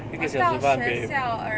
一个小时半